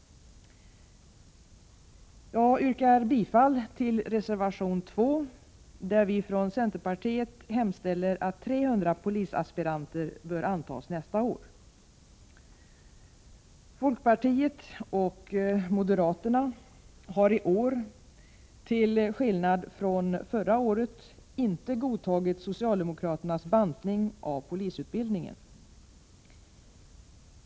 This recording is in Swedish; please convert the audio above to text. Jag yrkar bifall till reservation 2, där vi från centerpartiet säger att 300 polisaspiranter bör antas nästa år. Folkpartiet och moderaterna har i år, till skillnad från förra året, inte godtagit socialdemokraternas bantning av polisutbildningen.